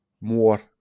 More